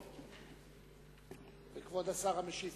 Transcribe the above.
פה.